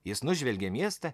jis nužvelgė miestą